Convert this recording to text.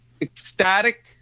ecstatic